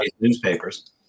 newspapers